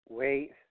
wait